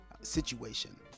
situation